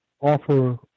offer